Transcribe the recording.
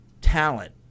talent